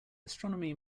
astronomy